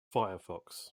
firefox